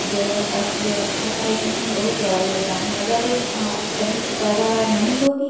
जो है अर्थव्यवस्था का इसमें बहुत बड़ा योगदान है अगर हम सही से पैदावार नहीं होगी